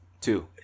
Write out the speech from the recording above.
two